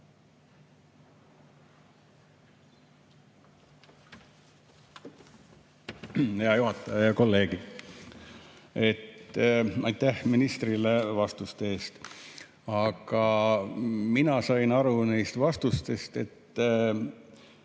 Hea juhataja! Head kolleegid! Aitäh ministrile vastuste eest! Aga mina sain aru neist vastustest, et